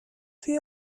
توی